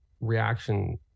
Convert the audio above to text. reaction